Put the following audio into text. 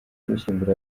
gushyingura